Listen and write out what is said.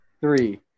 three